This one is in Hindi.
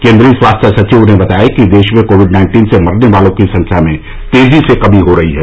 केन्द्रीय स्वास्थ्य सचिव ने बताया कि देश में कोविड नाइन्टीन से मरने वालों की संख्या में तेजी से कमी हो रही है